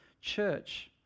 church